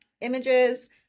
images